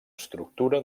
estructura